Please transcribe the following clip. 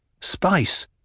Spice